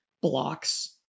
blocks